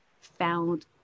found